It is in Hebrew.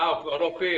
אה, הוא כבר לא פיל.